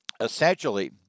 Essentially